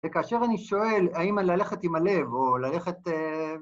וכאשר אני שואל האם ללכת עם הלב או ללכת...